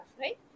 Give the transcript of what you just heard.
right